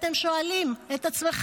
אתם בטח שואלים את עצמכם.